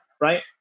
right